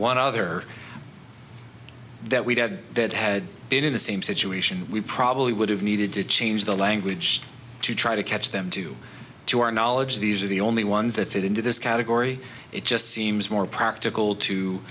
one other that we did that had been in the same situation we probably would have needed to change the language to try to catch them due to our knowledge these are the only ones that fit into this category it just seems more practical to